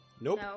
Nope